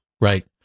Right